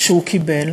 שהוא קיבל.